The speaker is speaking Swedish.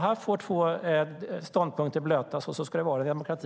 Här får två ståndpunkter blötas, och så ska det vara i en demokrati.